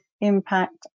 impact